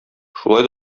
шулай